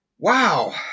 Wow